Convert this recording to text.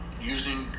using